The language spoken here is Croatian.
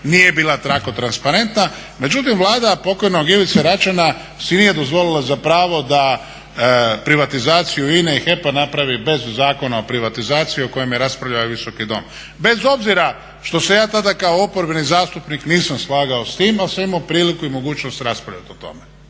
nije bila tako transparentna međutim Vlada pokojnog Ivice Račana si nije dozvolila za pravo da privatizaciju INA-e i HEP-a napravi bez Zakona o privatizaciji o kojem je raspravljao i ovaj Visoki dom. Bez obzira što se ja tada kao oporbeni zastupnik nisam slagao s tim ali sam imao priliku i mogućnost raspravljati o tome.